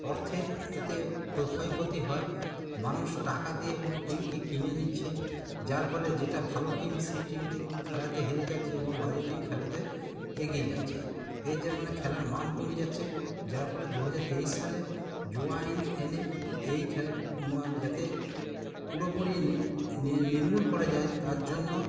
অর্থের এতে ক্ষয়ক্ষতি হয় মানুষ টাকা দিয়ে কোনও টিমকে কিনে নিচ্ছে যার ফলে যেটা ভালো টিম সেই টিম খেলাতে হেরে যাচ্ছে এবং বাজে টিম খেলাতে এগিয়ে যাচ্ছে এর যার মানে খেলার মান কমে যাচ্ছে যার ফলে দু হাজার তেইশ সালে জুয়া আইন এনে এই খেলাটির মান যাতে পুরোপুরি নির্মূল করা যায় তার জন্য